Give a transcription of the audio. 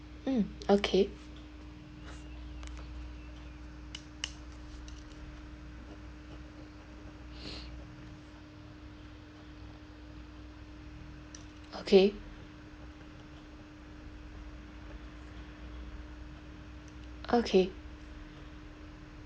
mm okay okay okay